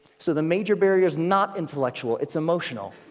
so the major barrier's not intellectual, it's emotional.